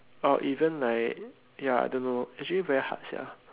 or even like ya I don't know actually very hard sia